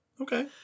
Okay